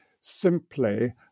simply